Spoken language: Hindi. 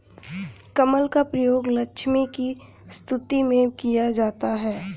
कमल का प्रयोग लक्ष्मी की स्तुति में किया जाता है